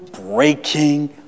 breaking